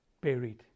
buried